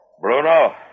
Bruno